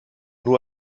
nur